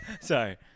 sorry